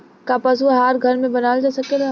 का पशु आहार घर में बनावल जा सकेला?